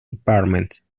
departments